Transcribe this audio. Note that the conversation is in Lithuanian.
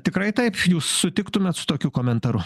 tikrai taip jūs sutiktumėt su tokiu komentaru